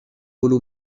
polo